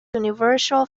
universal